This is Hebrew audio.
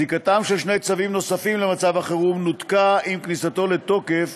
זיקתם של שני צווים נוספים למצב החירום נותקה עם כניסתה לתוקף